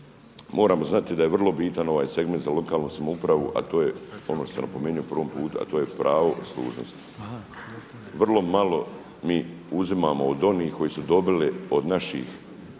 moramo znati da je vrlo bitan ovaj segment za lokalnu samoupravu, a to je ono što sam napomenuo prvi put a to je pravo služnosti. Vrlo malo mi uzimamo od onih koji su dobili od naših